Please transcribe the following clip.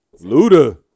Luda